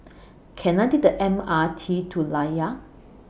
Can I Take The M R T to Layar